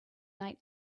night